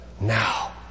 now